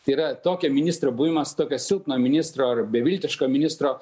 tai yra tokio ministro buvimas tokio silpno ministro ar beviltiško ministro